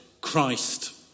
Christ